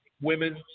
Women